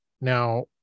now